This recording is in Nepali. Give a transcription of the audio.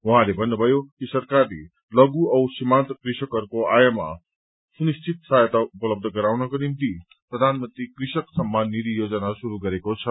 उहाँले भन्नुभयो कि सरकारले लघु औ सीमान्त कृषकहरूको आयमा सुनिश्चित सहायता उपलब्ध गराउनको निम्ति प्रधानमन्त्री कृषक सम्मान निधि योजना शुरू गरेको छ